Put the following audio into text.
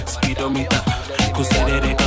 Speedometer